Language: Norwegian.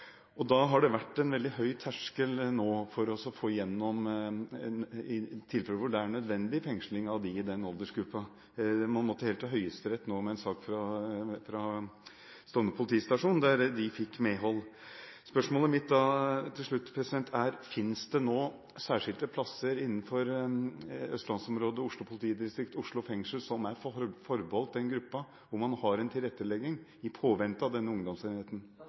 Da har det vært en veldig høy terskel nå for å få gjennom tilfeller hvor det er nødvendig med fengsling av dem i den aldersgruppen. Man måtte helt til Høyesterett nå med en sak fra Stovner politistasjon, der de fikk medhold. Spørsmålet mitt til slutt er: Fins det nå særskilte plasser innenfor østlandsområdet, Oslo politidistrikt, Oslo fengsel, som er forbedholdt den gruppen, hvor man har en tilrettelegging i påvente av denne ungdomsenheten?